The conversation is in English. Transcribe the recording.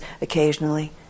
occasionally